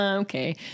Okay